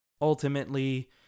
ultimately